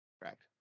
Correct